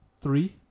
three